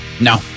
No